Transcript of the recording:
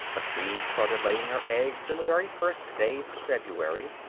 the queen started laying her eggs in the very first days of february,